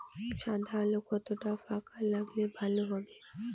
সাদা আলু কতটা ফাকা লাগলে ভালো হবে?